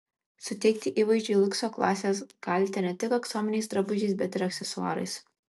suteikti įvaizdžiui liukso klasės galite ne tik aksominiais drabužiais bet ir aksesuarais